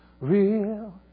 Real